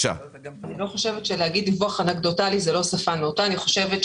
לא חושבת שלהגיד דיווח אנקדוטלי זו שפה לא נאותה.